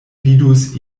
vidus